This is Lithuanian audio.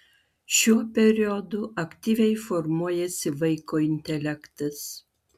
šiuo periodu aktyviai formuojasi vaiko intelektas